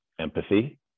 empathy